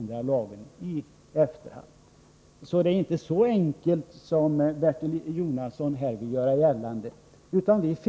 Det är alltså inte så enkelt som Bertil Jonasson vill göra gällande.